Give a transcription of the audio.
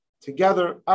together